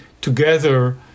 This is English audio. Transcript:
together